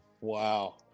Wow